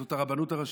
וזה הרבנות הראשית.